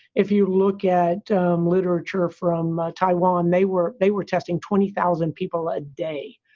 if you look at literature from taiwan, they were they were testing twenty thousand people a day.